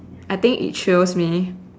I think it thrills me